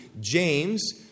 James